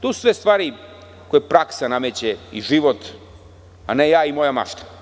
To su sve stvari koje praksa nameće i život, a ne ja i moja mašta.